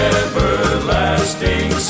everlasting